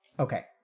Okay